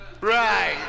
Right